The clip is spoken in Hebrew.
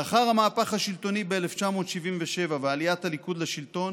לאחר המהפך השלטוני ב-1977 ועליית הליכוד לשלטון